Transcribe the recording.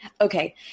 Okay